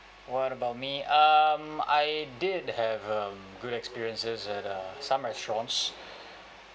what about me um I did have a good experiences at uh some restaurants